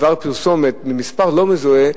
דבר פרסומת ממספר לא מזוהה,